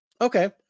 okay